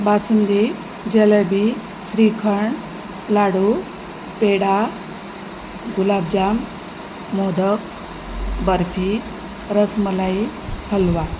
basundi jalebi shrikhand laddoo peda gulab jamun modak barfi rasmalai हलवा